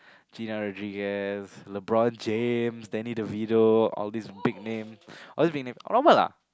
Gina-Rodriguez LeBron-James Danny-Devito all these big names all these big names normal ah